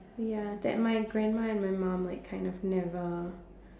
ya that my grandma and my mum like kind of never